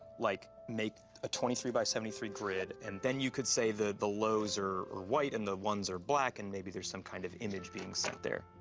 like, make a twenty three by seventy three grid, and then you could say that the lows are are white and the ones are black, and maybe there's some kind of image being sent there.